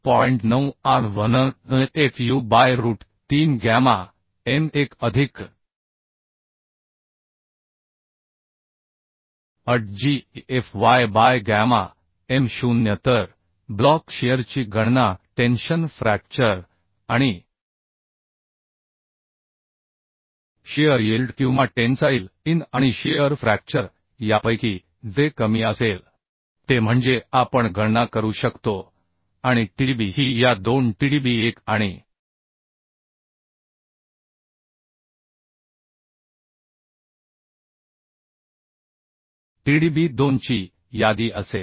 9 a v n F u by root 3 gamma m 1 अधिक at g F y by gamma m 0 तर block शीअरची गणना tension fracture आणिशीअर yield किंवा tensile in आणि shear fracture यापैकी जे कमी असेल ते म्हणजे आपण गणना करू शकतो आणि Tdb ही या दोन Tdb1 आणि Tdb2 ची यादी असेल